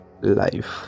life